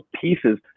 pieces